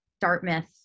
Dartmouth